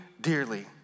dearly